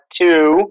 two